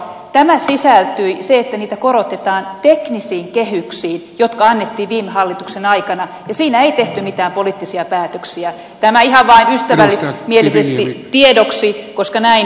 tämä sisältyi se että niitä korotetaan teknisiin kehyksiin jotka annettiin viime hallituksen aikana ja siinä ei tehty mitään poliittisia päätöksiä tämä ihan vain ystävällismielisesti tiedoksi koska näin todellakin oli